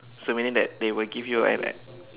so meaning that they will give you at like